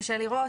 קשה לראות,